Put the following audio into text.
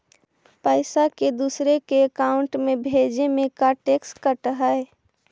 पैसा के दूसरे के अकाउंट में भेजें में का टैक्स कट है?